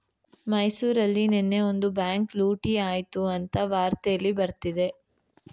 ಮೈಸೂರಲ್ಲಿ ನೆನ್ನೆ ಒಂದು ಬ್ಯಾಂಕ್ ಲೂಟಿ ಆಯ್ತು ಅಂತ ವಾರ್ತೆಲ್ಲಿ ಬರ್ತಿದೆ